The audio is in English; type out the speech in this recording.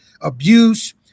abuse